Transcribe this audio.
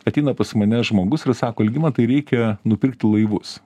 ateina pas mane žmogus ir sako algimantai reikia nupirkti laivus